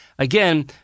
Again